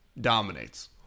Dominates